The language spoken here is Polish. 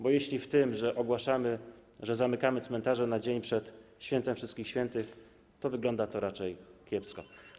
Bo jeśli w tym, że ogłaszamy, że zamykamy cmentarze, na dzień przed świętem Wszystkich Świętych, to wygląda to raczej kiepsko.